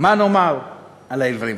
מה נאמר על העיוורים,